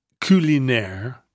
Culinaire